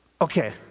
okay